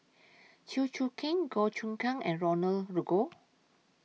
Chew Choo Keng Goh Choon Kang and Roland Goh